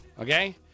Okay